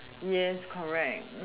yes correct